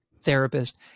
therapist